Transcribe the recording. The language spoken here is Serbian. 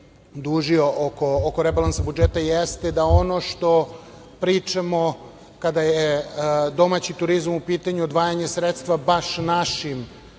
dužio oko rebalansa budžeta, jeste da ono što pričamo, kada je domaći turizam u pitanju, odvajanje sredstva baš našim